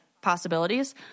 possibilities